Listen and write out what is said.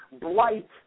Blight